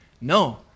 No